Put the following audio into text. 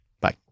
Bye